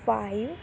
five